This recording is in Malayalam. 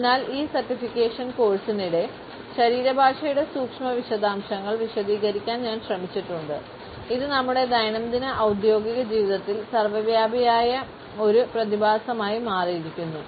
അതിനാൽ ഈ സർട്ടിഫിക്കേഷൻ കോഴ്സിനിടെ ശരീരഭാഷയുടെ സൂക്ഷ്മ വിശദാംശങ്ങൾ വിശദീകരിക്കാൻ ഞാൻ ശ്രമിച്ചിട്ടുണ്ട് ഇത് നമ്മുടെ ദൈനംദിന ഔദ്യോഗിക ജീവിതത്തിൽ സർവ്വവ്യാപിയായ ഒരു പ്രതിഭാസമായി മാറിയിരിക്കുന്നു